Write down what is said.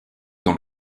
dans